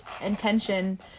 intention